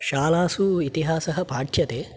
शालासु इतिहासः पाठ्यते